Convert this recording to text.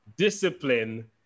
discipline